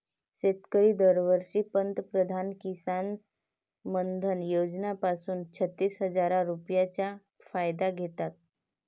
शेतकरी दरवर्षी पंतप्रधान किसन मानधन योजना पासून छत्तीस हजार रुपयांचा फायदा घेतात